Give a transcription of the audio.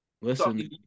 Listen